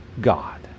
God